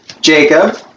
Jacob